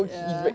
ya